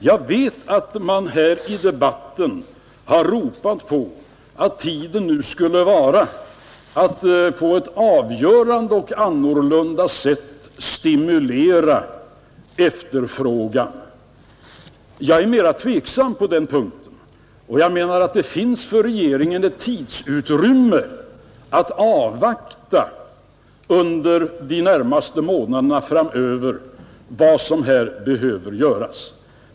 Jag vet att man här i debatten hävdat att tiden nu skulle vara inne att på ett annat och avgörande sätt stimulera efterfrågan. Jag är mera tveksam på den punkten och anser att regeringen under de närmaste månaderna framöver har ett tidsutrymme att avvakta vad som här behöver göras.